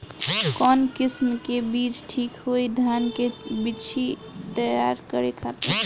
कवन किस्म के बीज ठीक होई धान के बिछी तैयार करे खातिर?